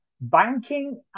Banking